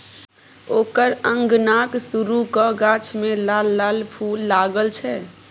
ओकर अंगनाक सुरू क गाछ मे लाल लाल फूल लागल छै